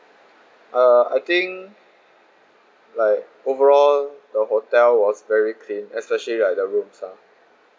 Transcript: uh I think like overall the hotel was very clean especially like the rooms ah